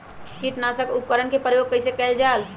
किटनाशक उपकरन का प्रयोग कइसे कियल जाल?